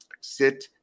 sit